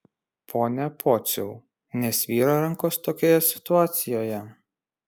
pone pociau nesvyra rankos tokioje situacijoje